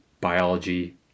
biology